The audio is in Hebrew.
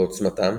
בעוצמתם,